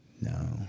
No